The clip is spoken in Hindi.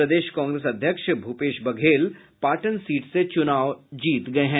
प्रदेश कांग्रेस अध्यक्ष भूपेश बघेल पाटन सीट से चुनाव जीत गए हैं